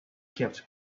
kept